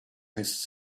his